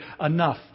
enough